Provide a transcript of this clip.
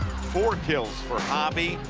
four kills for hobbie.